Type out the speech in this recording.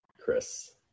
Chris